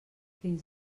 fins